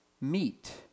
meet